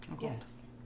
yes